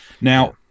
Now